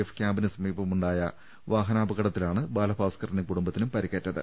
F ക്യാമ്പിന് സമീപമുണ്ടായ വാഹനാപകടത്തിലാണ് ബാലഭാസ്കറിനും കുടുംബത്തിനും പരിക്കേറ്റത്